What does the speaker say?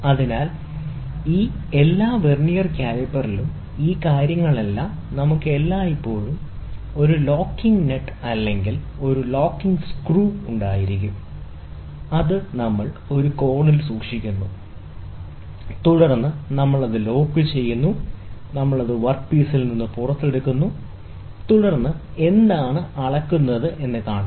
അതിനാൽ ഈ എല്ലാ വെർനിയർ കാലിപ്പറിലും ഈ കാര്യങ്ങളെല്ലാം നമുക്ക് എല്ലായ്പ്പോഴും ഒരു ലോക്കിംഗ് നട്ട് അല്ലെങ്കിൽ ലോക്കിംഗ് സ്ക്രൂ ഉണ്ടായിരിക്കും അത് നമ്മൾ ഒരു കോണിൽ സൂക്ഷിക്കുന്നു തുടർന്ന് നമ്മൾ അത് ലോക്ക് ചെയ്യുന്നു തുടർന്ന് നമ്മൾ അത് വർക്ക് പീസിൽ നിന്ന് പുറത്തെടുക്കുന്നു തുടർന്ന് എന്താണ് അളക്കൽ എന്ന് കാണുക